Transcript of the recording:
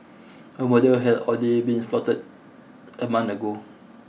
a murder had already been plotted a month ago